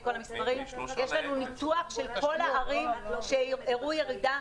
כל המספרים יש לנו ניתוח של כל הערים שהראה ירידה.